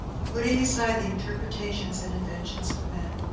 putting aside the interpretations and inventions of men.